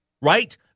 right